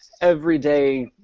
everyday